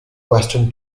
western